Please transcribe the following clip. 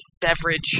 beverage